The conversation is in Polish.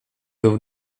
był